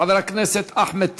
חבר הכנסת אחמד טיבי.